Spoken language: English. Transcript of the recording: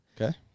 Okay